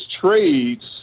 trades